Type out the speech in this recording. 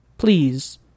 Please